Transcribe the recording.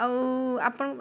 ଆଉ ଆପଣ